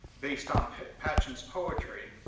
based on patchen's poetry,